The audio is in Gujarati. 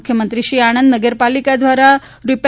મુખ્યમંત્રીશ્રીએ આણંદ નગરપાલિકા દ્વારા રૂા